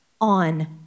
on